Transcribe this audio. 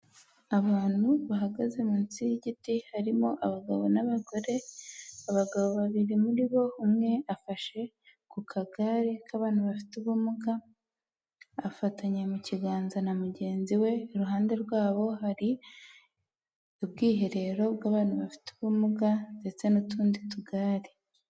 Abantu bahagaze munsi y'igiti harimo abagabo n'abagore, abagabo babiri muri bo umwe afashe ku kagare k'abantu bafite ubumuga, afatanye mu kiganza na mugenzi we iruhande rwabo hari ubwiherero bw'abantu bafite ubumuga ndetse n'utundi tugare.